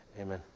amen